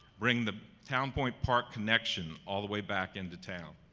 bring the town point park connection all the way back into town.